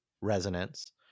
resonance